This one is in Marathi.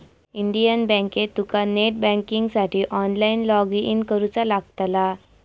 इंडियन बँकेत तुका नेट बँकिंगसाठी ऑनलाईन लॉगइन करुचा लागतला